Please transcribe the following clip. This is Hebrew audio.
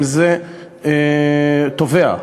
אם תובע,